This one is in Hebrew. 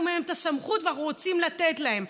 מהן את הסמכות ואנחנו רוצים לתת להן.